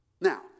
Now